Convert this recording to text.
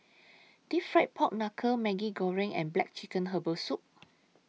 Deep Fried Pork Knuckle Maggi Goreng and Black Chicken Herbal Soup